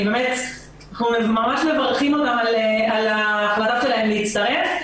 אנחנו ממש מברכים אותם על החלטתם להצטרף.